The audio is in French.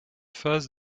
phase